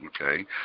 okay